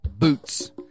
boots